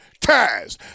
Taz